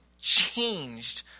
changed